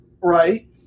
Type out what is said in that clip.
Right